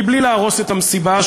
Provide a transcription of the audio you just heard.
בלי להרוס את המסיבה,